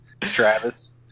travis